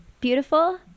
beautiful